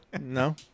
No